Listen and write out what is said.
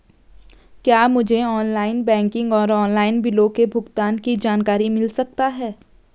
क्या मुझे online banking और ऑनलाइन बिलों के भुगतान की जानकारी मिल सकता है?